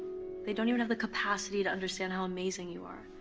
they don't even have the capacity to understand how amazing you are.